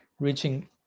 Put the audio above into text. reaching